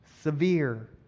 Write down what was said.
severe